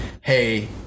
hey